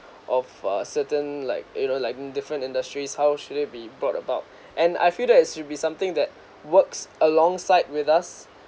of a certain like you know like different industries how should it be brought about and I feel that as will be something that works alongside with us